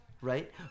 Right